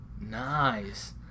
nice